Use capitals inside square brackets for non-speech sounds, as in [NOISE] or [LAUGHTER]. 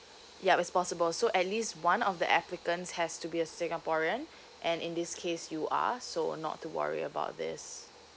yup it's possible so at least one of the applicants has to be a singaporean [BREATH] and in this case you are so not to worry about this